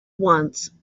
once